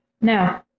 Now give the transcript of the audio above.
No